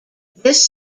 this